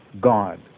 God